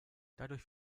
dadurch